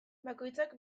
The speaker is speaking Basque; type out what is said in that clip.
bakoitzak